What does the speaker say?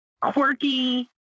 quirky